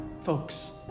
folks